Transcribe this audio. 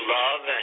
love